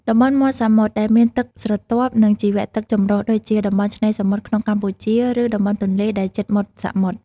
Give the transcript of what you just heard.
តំបន់មាត់សមុទ្រដែលមានទឹកស្រទាប់ និងជីវៈទឹកចម្រុះ ដូចជា តំបន់ឆ្នេរសមុទ្រក្នុងកម្ពុជា ឬតំបន់ទន្លេដែលជិតមាត់សមុទ្រ។